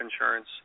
insurance